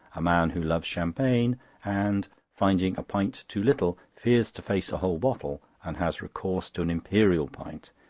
a man who loves champagne and, finding a pint too little, fears to face a whole bottle and has recourse to an imperial pint,